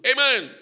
Amen